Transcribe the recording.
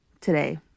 today